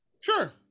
Sure